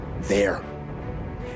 There